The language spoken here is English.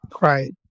Right